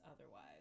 otherwise